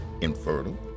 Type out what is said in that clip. infertile